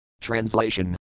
Translation